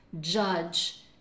judge